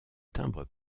timbres